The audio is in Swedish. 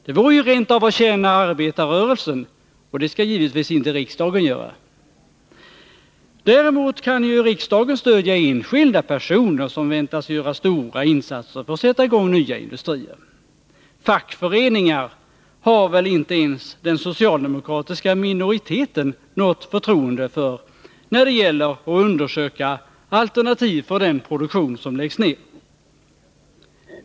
Det vore ju rent av att tjäna arbetarrörelsen, och det skall givetvis inte riksdagen göra. Däremot kan ju riksdagen stödja enskilda personer, som väntas göra stora insatser för att sätta i gång nya industrier. Fackföreningar har väl inte ens den socialdemokratiska minoriteten något förtroende för när det gäller att undersöka alternativ för den produktion som läggs ner.